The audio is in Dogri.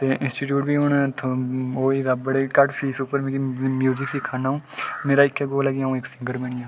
ते इंस्टीट्यूट बी ओह् होई दा बड़ी घट्ट फीस ते अ'ऊं म्युजिक सिक्खै ना ते मेरा इक्कै गोल ऐ की अ'ऊं इक सिंगर बनी जां